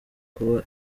kuba